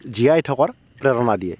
জীয়াই থকাৰ প্ৰেৰণা দিয়ে